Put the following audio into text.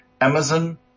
Amazon